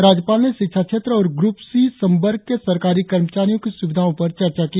राज्यपाल ने शिक्षा क्षेत्र और ग्रुप सी संवर्ग के सरकारी कर्मचारियो की सुविधाओ पर चर्चा की